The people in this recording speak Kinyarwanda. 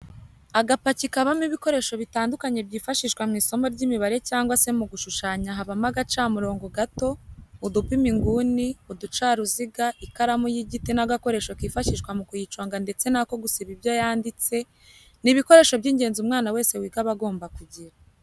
Agapaki kabamo ibikoresho bitandukanye byifashishwa mu isomo ry'imibare cyangwa se mu gushushanya habamo agacamurongo gato, udupima inguni, uducaruziga, ikaramu y'igiti n'agakoresho kifashishwa mu kuyiconga ndetse n'ako gusiba ibyo yanditse, ni ibikoresho by'ingenzi umwana wese wiga aba agomba kugira.